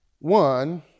One